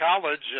college